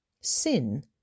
Sin